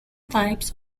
types